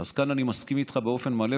כאן אני מסכים איתך באופן מלא,